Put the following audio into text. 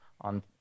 on